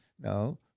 No